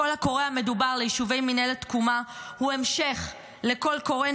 הקול הקורא המדובר ליישובי מינהלת תקומה הוא המשך לקול קורא של